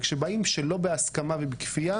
וכשבאים בלי הסמכה ובכפייה